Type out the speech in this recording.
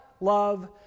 love